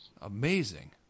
amazing